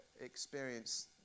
experience